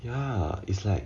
ya is like